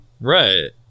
Right